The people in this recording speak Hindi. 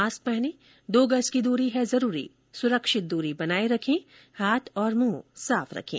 मास्क पहनें दो गज की दूरी है जरूरी सुरक्षित दूरी बनाए रखें हाथ और मुंह साफ रखें